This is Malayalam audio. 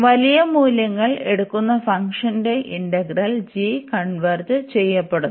വലിയ മൂല്യങ്ങൾ എടുക്കുന്ന ഫംഗ്ഷനെ ഇന്റഗ്രൽ g കൺവെർജ് ചെയ്പ്പിക്കുന്നു